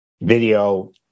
video